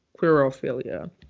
Queerophilia